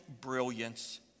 brilliance